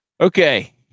Okay